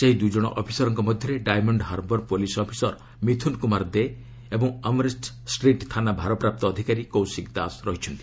ସେହି ଦୁଇଜଣ ଅଫିସରଙ୍କ ମଧ୍ୟରେ ଡାଏମଣ୍ଡ ହାର୍ବର୍ ପୁଲିସ୍ ଅଫିସର ମିଥୁନ୍ କୁମାର ଦେ ଓ ଅମରେଷ୍ଟ ଷ୍ଟ୍ରିଟ୍ ଥାନା ଭାରପ୍ରାପ୍ତ ଅଧିକାରୀ କୌଶିକ ଦାସ ଅଛନ୍ତି